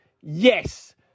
Yes